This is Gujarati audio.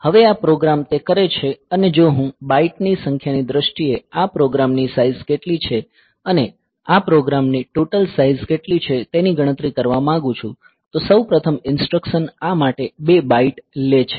હવે આ પ્રોગ્રામ તે કરે છે અને જો હું બાઇટ ની સંખ્યાની દ્રષ્ટિએ આ પ્રોગ્રામની સાઇઝ કેટલી છે અને આ પ્રોગ્રામની ટોટલ સાઇઝ કેટલી છે તેની ગણતરી કરવા માંગું છું તો સૌપ્રથમ ઇન્સટ્રકસન આ માટે 2 બાઇટ લે છે